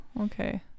okay